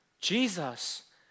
Jesus